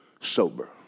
sober